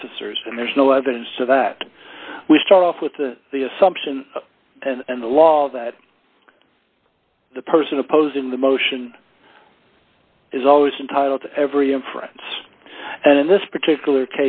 officers and there's no evidence of that we start off with the assumption and the law that the person opposing the motion is always entitled to every inference and in this particular